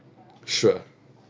sure